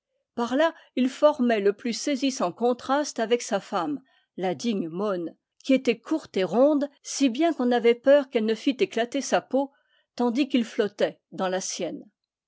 par là il formait le plus saisissant contraste avec sa femme la digne mon qui était courte et ronde si bien qu'on avait peur qu'elle ne fit éclater sa peau tandis qu'il flottait dans la sienne